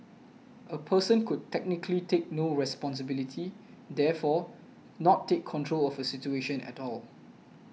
a person could technically take no responsibility therefore not take control of a situation at all